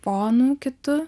funu kitu